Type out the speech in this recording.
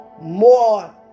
more